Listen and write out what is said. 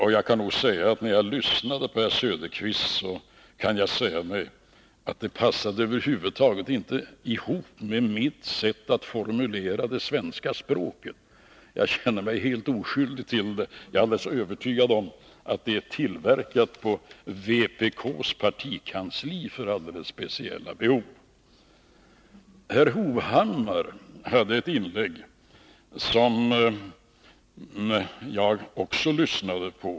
När jag lyssnade på herr Söderqvist kunde jag säga mig att citatet över huvud taget inte passade ihop med mitt sätt att formulera det svenska språket. Jag känner mig helt oskyldig till det, och jag är helt övertygad om att det är tillverkat på vpk:s partikansli för speciella behov. Herr Hovhammar hade ett inlägg som jag självfallet också lyssnade på.